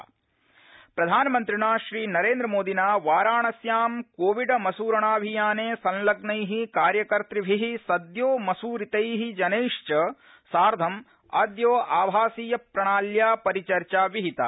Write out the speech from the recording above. प्रधानमन्त्री संवाद प्रधानमन्त्रिणा श्रीनरेन्द्र मोदिना वाराणस्यां कोविड मसुरणाऽभियाने संलग्नैः कार्यकर्तभिः सद्यो मसुरितैः जनैश्व सार्थम अद्य आभासीय प्रणाल्या परिचर्चा विहिता